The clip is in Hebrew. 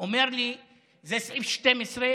והוא אומר לי: זה סעיף 12,